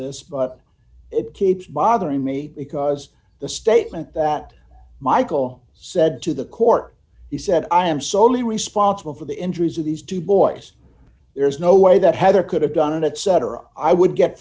this but it keeps bothering me because the statement that michael said to the court he said i am solely responsible for the injuries of these two boys there is no way that heather could have done it etc i would get